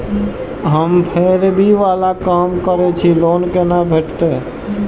हम फैरी बाला काम करै छी लोन कैना भेटते?